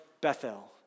Bethel